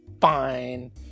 fine